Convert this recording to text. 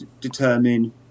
determine